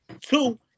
Two